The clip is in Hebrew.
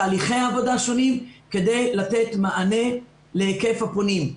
תהליכי עבודה שונים כדי לתת מענה להיקף הפונים.